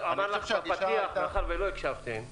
דוקטור צרפתי ענה אבל לא הקשבתם.